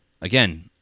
again